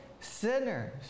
sinners